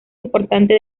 importante